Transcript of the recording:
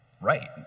Right